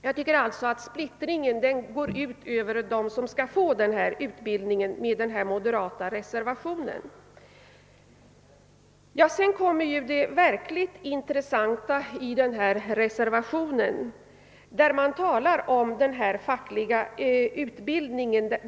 Jag tycker alltså att splittringen går ut över dem som skall få denna utbildning enligt denna moderata reservation. Sedan kommer det verkligt intressanta i denna reservation, där man talar om den fackliga utbildningen.